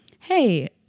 hey